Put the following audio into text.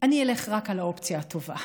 אני אלך רק על האופציה הטובה,